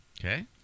Okay